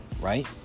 right